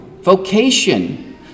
vocation